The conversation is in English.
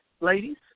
Ladies